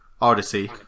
Odyssey